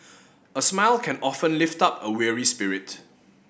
a smile can often lift up a weary spirit